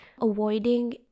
avoiding